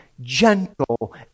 gentle